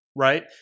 Right